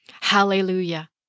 Hallelujah